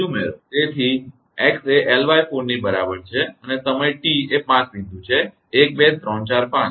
તેથી x એ 𝑙4 ની બરાબર છે અને સમય T એ 5 બિંદુ છે 1 2 3 4 5